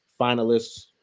finalists